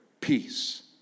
Peace